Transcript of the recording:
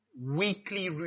weekly